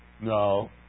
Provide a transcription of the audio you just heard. No